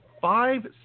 five